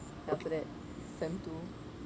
then after that sem two